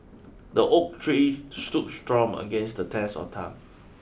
the oak tree stood strong against the test of time